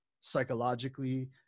psychologically